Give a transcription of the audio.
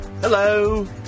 Hello